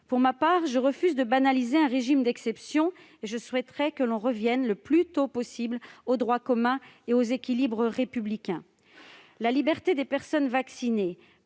Pour ma part, je refuse de banaliser un régime d'exception et je souhaiterais que l'on revienne le plus tôt possible au droit commun et aux équilibres républicains. La liberté des personnes vaccinées,